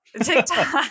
TikTok